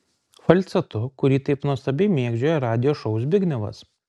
falcetu kurį taip nuostabiai mėgdžioja radijo šou zbignevas